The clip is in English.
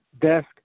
desk